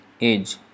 age